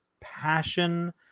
passion